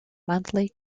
monthly